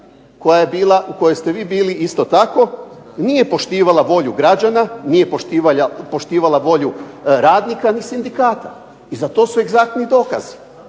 upravo Vlada, u kojoj ste vi bili isto tako, nije poštivala volju građana, nije poštivala volju radnika ni sindikata i za to su egzaktni dokazi.